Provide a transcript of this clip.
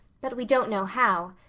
but we don't know how.